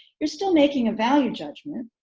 you're still making a value judgment.